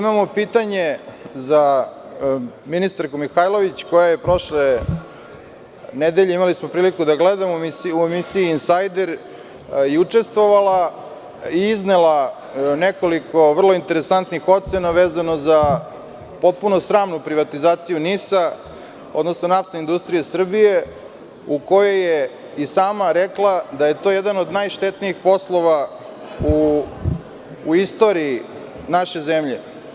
Imamo pitanje za ministarku Mihajlović, koju smo prošle nedelje imali priliku da gledamo u emisiji „Insajder“, gde je učestvovala i iznela nekoliko vrlo interesantnih ocena vezano za potpuno sramnu privatizaciju NIS, odnosno „Naftne industrije Srbije“, o kojoj je i sama rekla da je to jedan od najštetnijih poslova u istoriji naše zemlje.